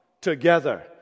together